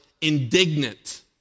indignant